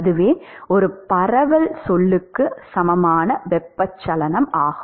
அதுவே ஒரு பரவல் சொல்லுக்குச் சமமான வெப்பச்சலனம் ஆகும்